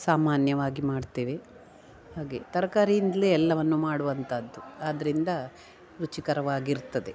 ಸಾಮಾನ್ಯವಾಗಿ ಮಾಡ್ತೇವೆ ಹಾಗೆ ತರ್ಕಾರಿಯಿಂದಲೇ ಎಲ್ಲವನ್ನು ಮಾಡುವಂಥದ್ದು ಆದ್ದರಿಂದ ರುಚಿಕರವಾಗಿರ್ತದೆ